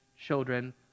children